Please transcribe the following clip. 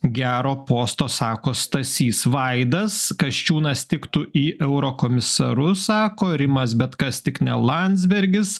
gero posto sako stasys vaidas kasčiūnas tiktų į eurokomisarus sako rimas bet kas tik ne landsbergis